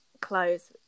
clothes